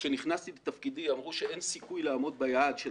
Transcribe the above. כשנכנסתי לתפקידי אמרו שאין סיכוי לעמוד ביעד של